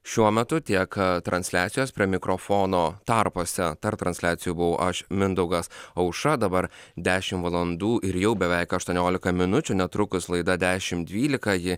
šiuo metu tiek transliacijos prie mikrofono tarpuose tarp transliacijų buvau aš mindaugas aušra dabar dešimt valandų ir jau beveik aštuoniolika minučių netrukus laida dešimt dvylika ji